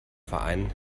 verein